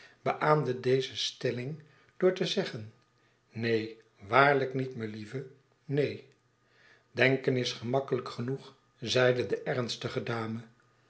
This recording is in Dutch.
beaamde deze stelling door te zeggen neen waarlijk niet melieve neen denken is gemakkelijk genoeg zeide de ernstige dame